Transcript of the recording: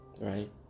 Right